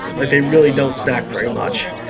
but they really don't snack very much.